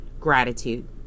gratitude